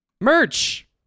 Merch